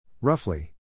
Roughly